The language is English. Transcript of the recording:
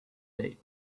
day